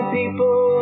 people